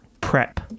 prep